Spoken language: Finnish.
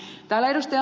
täällä ed